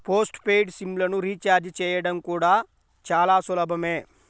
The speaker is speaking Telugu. పోస్ట్ పెయిడ్ సిమ్ లను రీచార్జి చేయడం కూడా చాలా సులభమే